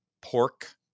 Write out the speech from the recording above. pork